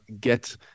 get